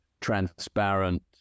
transparent